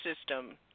system